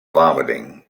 vomiting